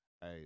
hey